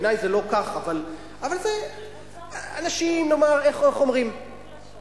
בעיני זה לא כך, אבל אנשים, הקבוצות המוחלשות.